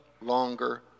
longer